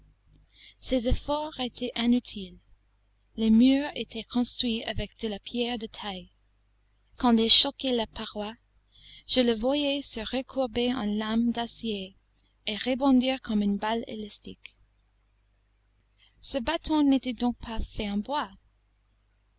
ses efforts étaient inutiles les murs étaient construits avec de la pierre de taille et quand il choquait la paroi je le voyais se recourber en lame d'acier et rebondir comme une balle élastique ce bâton n'était donc pas fait en bois